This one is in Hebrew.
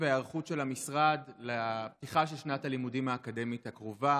וההיערכות של המשרד לפתיחת שנת הלימודים האקדמית הקרובה.